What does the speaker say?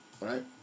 Right